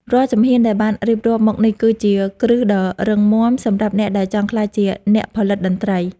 រាល់ជំហានដែលបានរៀបរាប់មកនេះគឺជាគ្រឹះដ៏រឹងមាំសម្រាប់អ្នកដែលចង់ក្លាយជាអ្នកផលិតតន្ត្រី។